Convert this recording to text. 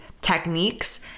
techniques